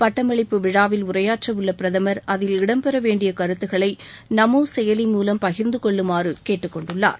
பட்டமளிப்பு விழாவில் உரையாற்றவுள்ள பிரதமர் அதில் இடம்பெற வேண்டிய கருத்துகளை நமோ செயலி மூலம் பகிர்ந்துகொள்ளுமாறு கேட்டுக்கொண்டுள்ளார்